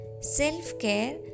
self-care